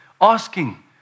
asking